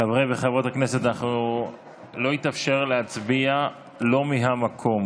חברי וחברות הכנסת, לא יתאפשר להצביע שלא מהמקום.